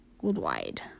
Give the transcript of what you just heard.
Worldwide